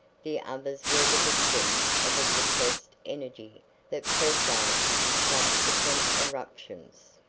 the others were the victims of a suppressed energy that presaged subsequent eruptions.